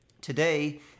Today